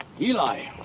Eli